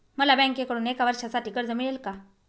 मला बँकेकडून एका वर्षासाठी कर्ज मिळेल का?